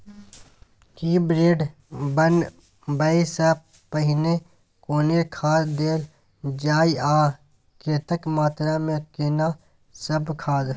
की bed बनबै सॅ पहिने कोनो खाद देल जाय आ कतेक मात्रा मे केना सब खाद?